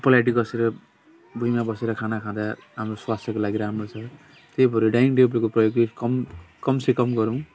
पलैँटी कसेर भुइँमा बसेर खाना खाँदा हाम्रो स्वास्थ्यको लागि राम्रो छ त्यही भएर डाइनिङ टेबलको प्रयोग चाहिँ कम कम से कम गरौँ